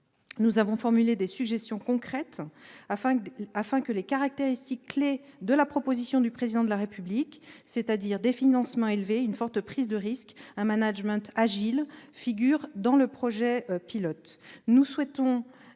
Nous avons formulé des suggestions concrètes afin que les caractéristiques-clés de la proposition du Président de la République- des financements élevés, une forte prise de risque, un management agile -figurent dans le projet pilote.